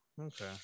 Okay